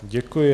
Děkuji.